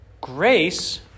grace